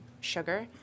sugar